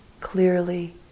clearly